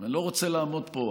ואני לא רוצה לעמוד פה.